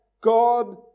God